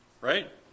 Right